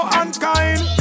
unkind